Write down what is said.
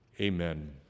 Amen